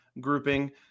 grouping